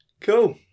Cool